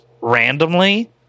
randomly